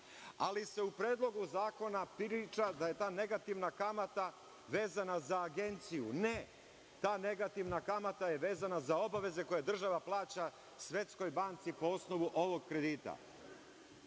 zakona.U predlogu zakona se priča da je ta negativna kamata vezana za Agenciju. Ne, ta negativna kamata je vezana za obaveze koje država plaća Svetskoj banci po osnovu ovog kredita. Agencija